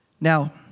Now